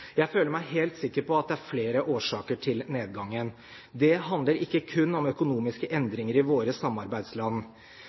Jeg føler meg helt sikker på at det er flere årsaker til nedgangen. Det handler ikke kun om økonomiske